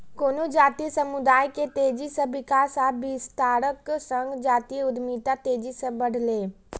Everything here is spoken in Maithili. कोनो जातीय समुदाय के तेजी सं विकास आ विस्तारक संग जातीय उद्यमिता तेजी सं बढ़लैए